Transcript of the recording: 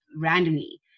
randomly